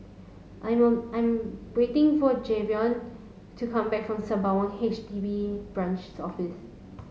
I I'm waiting for Jayvon to come back from Sembawang H D B Branches Office